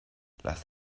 lass